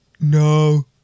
No